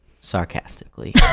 sarcastically